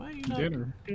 Dinner